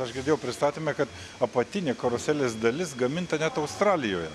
aš girdėjau pristatyme kad apatinė karuselės dalis gaminta net australijoje